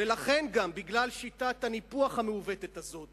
ולכן גם בגלל שיטת הניפוח המעוותת הזאת,